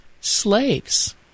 slaves